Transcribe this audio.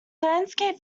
landscape